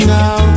now